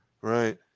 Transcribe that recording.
Right